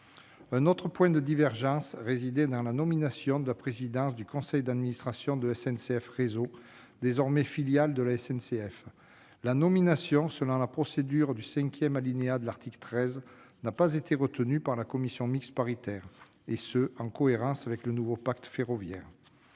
Un autre point de divergence résidait dans la nomination à la présidence du conseil d'administration de SNCF Réseau, désormais filiale de la SNCF. La nomination selon la procédure du cinquième alinéa de l'article 13 n'a pas été retenue par la commission mixte paritaire, et ce en cohérence avec le nouveau pacte ferroviaire.